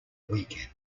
weekend